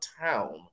town